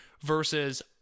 versus